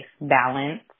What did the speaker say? balance